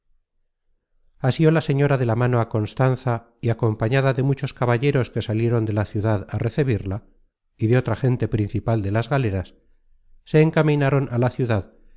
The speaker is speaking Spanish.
dejarme asió la señora de la mano á constanza y acompañada de muchos caballeros que salieron de la ciudad á recebirla y de otra gente principal de las galeras se encaminaron á la ciudad